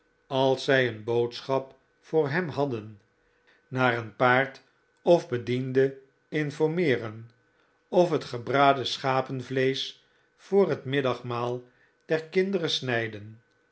als zij een boodschap voor hem hadden naar een paard of bediende informeeren of het gebraden schapenvleesch voor het middagmaal der kinderen snijden